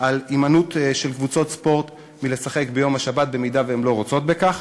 על הימנעות של קבוצות ספורט מלשחק ביום השבת אם הן לא רוצות בכך,